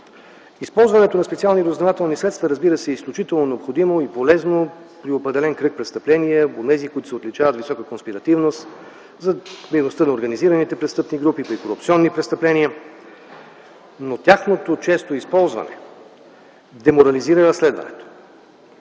Използването на специални разузнавателни средства е изключително необходимо и полезно за определен кръг престъпления – онези, които се отличават с висока конспиративност, за дейността на организираните престъпни групи, при корупционни престъпления, но тяхното често използване деморализира разследването,